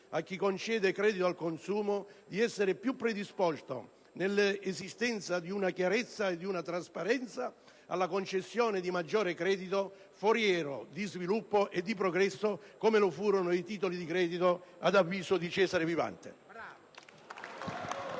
a chi concede credito al consumo di essere più predisposto, nell'esistenza di una chiarezza e di una trasparenza, alla concessione di maggiore credito foriero di sviluppo e di progresso come lo furono i titoli di credito ad avviso di Cesare Vivante.